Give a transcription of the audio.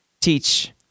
teach